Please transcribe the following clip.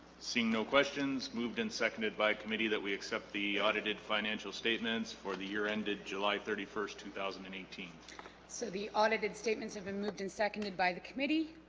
seeing no questions moved and seconded by committee that we accept the audited financial statements for the year ended july thirty first two thousand and eighteen so the audited statements have been moved and seconded by the committee